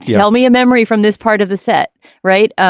tell me a memory from this part of the set right.